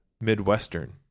midwestern